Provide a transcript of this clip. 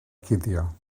cuddio